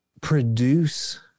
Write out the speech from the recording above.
produce